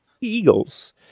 Eagles